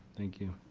thank you.